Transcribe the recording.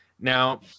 Now